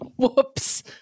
Whoops